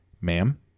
ma'am